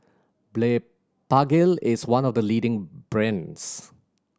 Blephagel is one of the leading brands